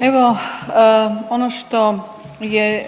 evo ono što je